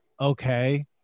okay